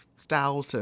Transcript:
stout